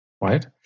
right